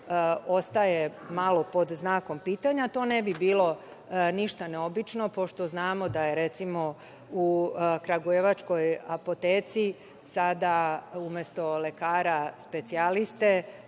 ostaje malo pod znakom pitanja. To ne bi bilo ništa neobično, pošto znamo da je recimo u kragujevačkoj apoteci sada umesto lekara specijaliste